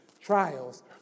trials